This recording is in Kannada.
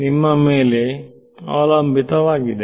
ನಿಮ್ಮ ಮೇಲೆ ಅವಲಂಬಿತ ವಾಗಿದೆ